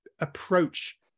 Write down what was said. approach